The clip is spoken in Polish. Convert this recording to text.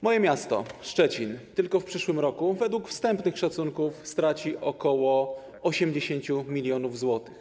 Moje miasto Szczecin tylko w przyszłym roku według wstępnych szacunków straci ok. 80 mln zł.